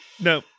No